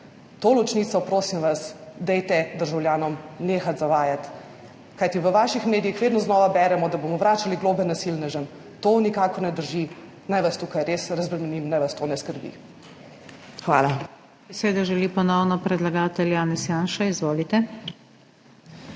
To ločnico, prosim vas, dajte državljane nehati zavajati, kajti v vaših medijih vedno znova beremo, da bomo vračali globe nasilnežem. To nikakor ne drži. Naj vas tukaj res razbremenim, naj vas to ne skrbi. Hvala.